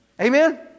Amen